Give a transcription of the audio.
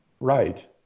Right